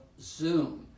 zoom